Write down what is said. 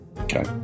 okay